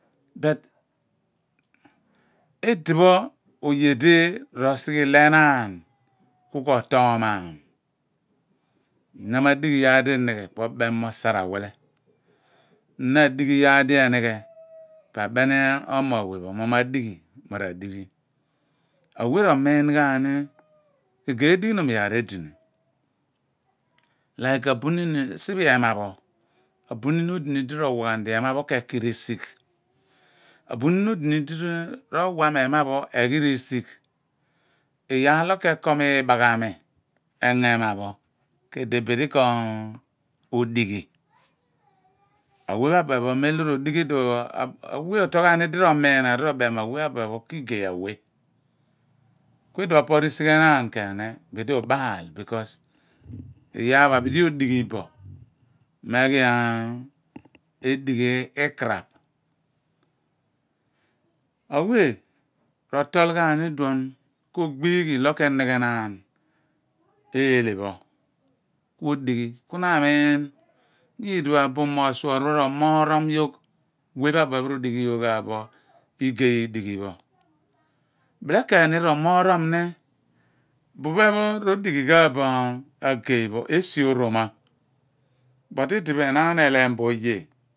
idipho oye di ro sighe ilo enan kuko toomaan nama dighi iyaar dinighe po mem mo saar awhile na adighi iyaar die nighe po abeni omoogh we pho mo madighi awe romin gha ni egey edighinom iyaar odini ghalamo a wei bin romiin ghaa ni a buniin adinidi rowa mo ema pho eghirisigh abunin odini dirowa mo ema pho eghi risigh iyaal loor kekom igbaghani ongo ema pho kidi bidi kodighi awe pho abue pho mendi rodighi iduo pho awe rotool ghaani di ro minghan ku roman ghan idopho poh risigh enaan bidi ubaal keeni. Iyaar pho abidi odighibo meghi edighhe ikraph awe rotoal ghani idoon kogbie ghi ilo benighe naan ellah pho kui dighi namiin abu moor shour pho bue pho udighi bo igey idighi ro moorom bu phe pho udighi bi igeypho esi oye.